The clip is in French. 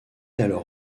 alors